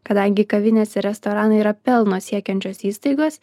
kadangi kavinės ir restoranai yra pelno siekiančios įstaigos